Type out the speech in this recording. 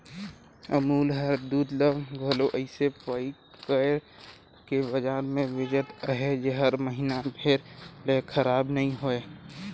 अमूल हर दूद ल घलो अइसे पएक कइर के बजार में बेंचत अहे जेहर महिना भेर ले खराब नी होए